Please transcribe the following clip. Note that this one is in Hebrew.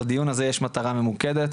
לדיון הזה יש מטרה ממוקדת,